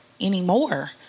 anymore